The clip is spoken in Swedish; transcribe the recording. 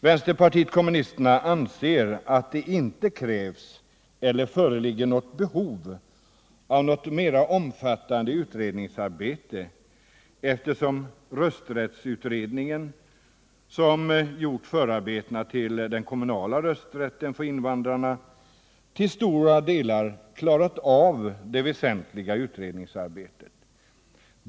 Vänsterpartiet kommunisterna anser att det inte krävs — eller föreligger något behov av — något mer omfattande utredningsarbete eftersom rösträttsutredningen, som gjort förarbetena till den kommunala rösträtten för invandrare, till stora delar klarat av det väsentliga utredningsarbetet.